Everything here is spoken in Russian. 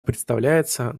представляется